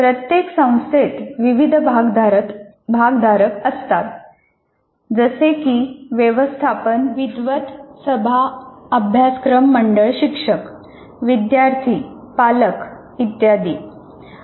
प्रत्येक संस्थेत विविध भागधारक असतात जसे की व्यवस्थापन विद्वत सभा अभ्यासक्रम मंडळ शिक्षक विद्यार्थी पालक वगैरे